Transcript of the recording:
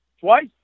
twice